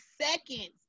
seconds